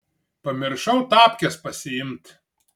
pamiršau tapkes pasiimt